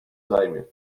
zajmie